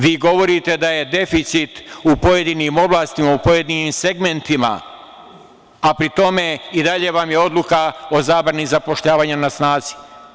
Vi govorite da je deficit u pojedinim oblastima, u pojedinim segmentima, a pri tome i dalje vam je Odluka o zabrani zapošljavanja na snazi.